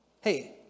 hey